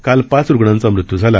काल पाच रुग्णांचा मृत्यू झाला